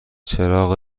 چراغ